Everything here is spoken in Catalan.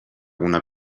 una